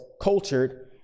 cultured